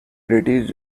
british